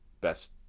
best